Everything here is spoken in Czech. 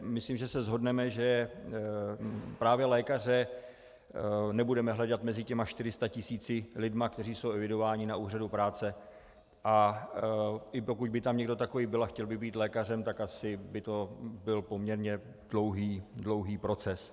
Myslím, že se shodneme, že právě lékaře nebudeme hledat mezi těmi 400 tisíci lidmi, kteří jsou evidováni na úřadu práce, a i pokud by tam někdo takový byl a chtěl by být lékařem, tak asi by to byl poměrně dlouhý proces.